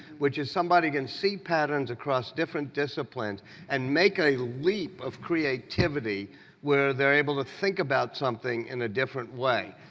which is somebody can see patterns across different disciplines and make a leap of creativity where they're able to think about something in a different way.